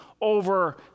over